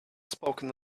spoken